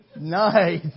Nice